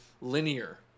linear